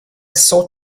saw